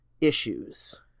issues